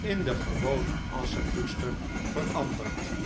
in de gewone asschepoester veranderd